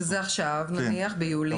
שזה עכשיו נניח, ביולי.